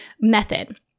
method